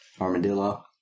Armadillo